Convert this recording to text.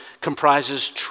comprises